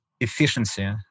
efficiency